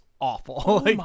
awful